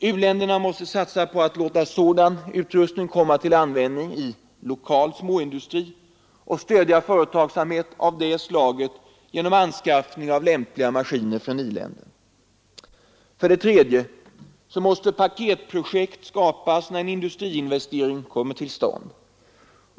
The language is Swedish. U-länderna måste satsa på att låta sådan utrustning komma till användning inom lokal småindustri och stödja företagsamhet av detta slag genom anskaffning av lämpliga maskiner från i-länderna. 3. ”Paketprojekt” måste skapas när en industriinvestering kommer till stånd.